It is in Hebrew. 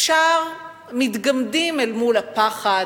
אפשר שמתגמדים אל מול הפחד,